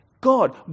God